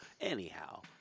Anyhow